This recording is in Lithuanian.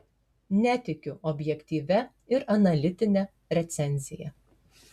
netikiu objektyvia ir analitine recenzija